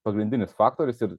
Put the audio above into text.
pagrindinis faktorius ir